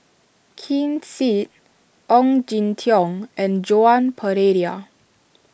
Ken Seet Ong Jin Teong and Joan Pereira